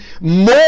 more